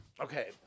Okay